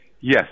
Yes